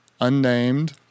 unnamed